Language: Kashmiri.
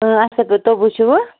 اَصٕل پٲٹھۍ تبو چھُوٕ